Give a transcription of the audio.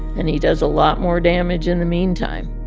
and he does a lot more damage in the meantime.